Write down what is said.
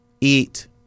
eat